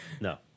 No